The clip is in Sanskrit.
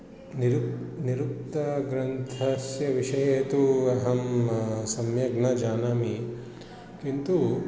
निरुक्तं निरुक्तग्रन्थस्य विषये तु अहं सम्यक् न जानामि किन्तु